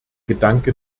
gedanke